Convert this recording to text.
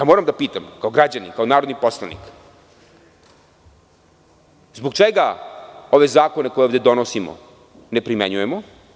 Moram da pitam, kao građanin, kao narodni poslanik, zbog čega ove zakone koje ovde donosimo ne primenjujemo?